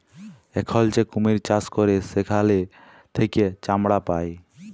এখল যে কুমির চাষ ক্যরে সেখাল থেক্যে চামড়া পায়